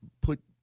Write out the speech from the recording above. put